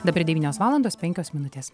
dabar devynios valandos penkios minutės